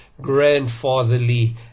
grandfatherly